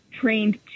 trained